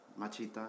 Machita